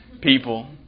people